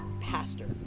pastor